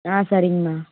ஆ சரிங்கம்மா